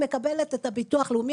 מקבלת את הביטוח הלאומי,